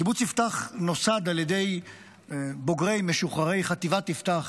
קיבוץ יפתח נוסד על ידי בוגרי משוחררי חטיבת יפתח